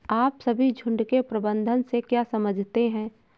आप सभी झुंड के प्रबंधन से क्या समझते हैं?